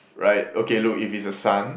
right okay look if it's a son